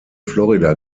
florida